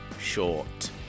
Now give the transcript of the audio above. short